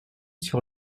sur